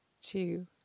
two